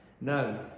No